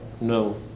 no